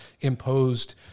imposed